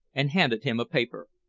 and handed him a paper.